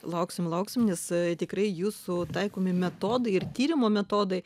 lauksim lauksim nes tikrai jūsų taikomi metodai ir tyrimo metodai